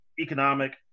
economic